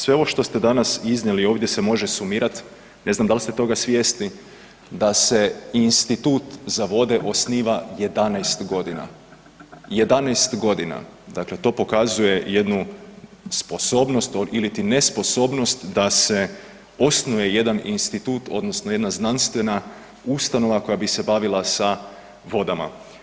Sve ovo što ste danas iznijeli ovdje se može sumirat, ne znam dal ste toga svjesni da se Institut za vode osniva 11 godina, 11 godina, dakle pokazuje jednu sposobnost iliti nesposobnost da se osnuje jedan institut odnosno jedna znanstvena ustanova koja bi se bavila sa vodama.